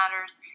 matters